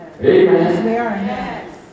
Amen